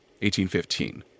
1815